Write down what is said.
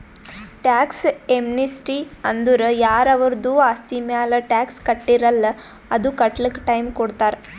tax amnesty ಅಂದುರ್ ಯಾರ ಅವರ್ದು ಆಸ್ತಿ ಮ್ಯಾಲ ಟ್ಯಾಕ್ಸ್ ಕಟ್ಟಿರಲ್ಲ್ ಅದು ಕಟ್ಲಕ್ ಟೈಮ್ ಕೊಡ್ತಾರ್